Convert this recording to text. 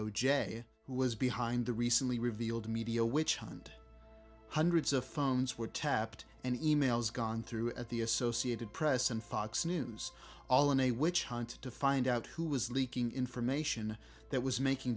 who was behind the recently revealed media witchhunt hundreds of phones were tapped and e mails gone through at the associated press and fox news all in a witch hunt to find out who was leaking information that was making